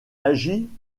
agit